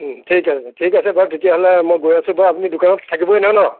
ঠিক আছে ঠিক আছে বাৰু তেতিয়া হ'লে মই গৈ আছোঁ বাৰু আপুনি দোকানত থাকিবই নহয় ন